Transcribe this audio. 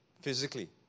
Physically